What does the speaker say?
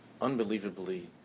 unbelievably